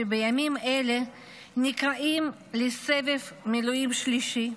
שבימים אלה נקראים לסבב מילואים שלישי,